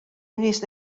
mis